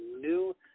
new